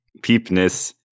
peepness